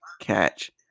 catch